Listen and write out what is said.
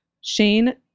Shane